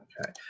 okay